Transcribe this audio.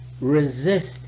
resist